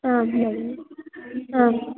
आम् भगिनि आम्